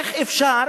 איך אפשר